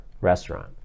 restaurant